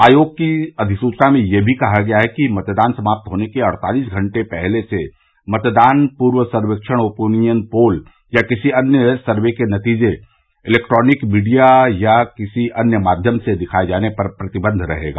आयोग की अधिसूचना में यह भी कहा गया है कि मतदान समाप्त होने के अड़तालीस घंटे पहले से मतदान पूर्व सर्वेक्षण ओपिनियन पोल या किसी अन्य सर्वे के नतीजे इलेक्ट्रॉनिक मीडिया और अन्य किसी माध्यम से दिखाये जाने पर प्रतिबंध रहेगा